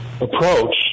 approach